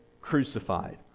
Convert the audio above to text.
crucified